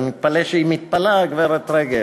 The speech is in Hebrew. אני מתפלא שהיא מתפלאת, הגברת רגב,